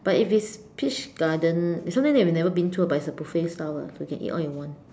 but if they peach garden it's something we never been to ah but it's a buffet style lah so you can eat all you want